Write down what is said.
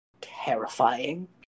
terrifying